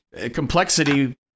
Complexity